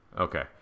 Okay